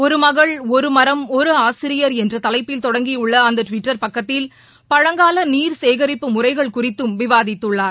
ஒரு மகள் ஒரு மரம் ஒரு ஆசிரியர் என்ற தலைப்பில் தொடங்கியுள்ள அந்த டுவிட்டர் பக்கத்தில் பழங்கால நீர் சேகரிப்பு முறைகள் குறித்தும் விவாதித்துள்ளார்